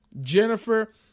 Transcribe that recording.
Jennifer